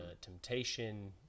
temptation